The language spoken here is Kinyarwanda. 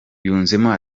yunzemo